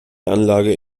anlage